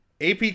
AP